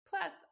Plus